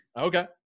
Okay